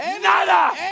Nada